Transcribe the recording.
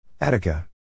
Attica